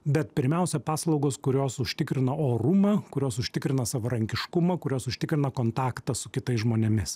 bet pirmiausia paslaugos kurios užtikrina orumą kurios užtikrina savarankiškumą kurios užtikrina kontaktą su kitais žmonėmis